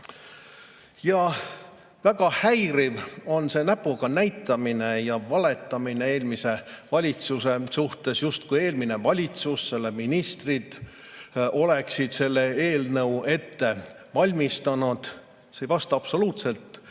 häiriv on see näpuga näitamine ja valetamine eelmise valitsuse suhtes, justkui eelmine valitsus ja selle ministrid oleksid selle eelnõu ette valmistanud. See ei vasta absoluutselt